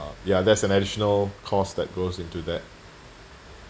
ya that's an additional cost that goes into that